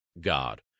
God